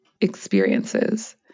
experiences